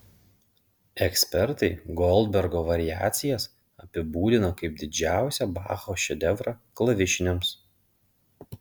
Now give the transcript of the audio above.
ekspertai goldbergo variacijas apibūdina kaip didžiausią bacho šedevrą klavišiniams